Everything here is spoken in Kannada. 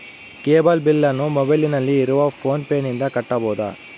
ಕೇಬಲ್ ಬಿಲ್ಲನ್ನು ಮೊಬೈಲಿನಲ್ಲಿ ಇರುವ ಫೋನ್ ಪೇನಿಂದ ಕಟ್ಟಬಹುದಾ?